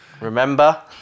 Remember